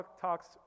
talks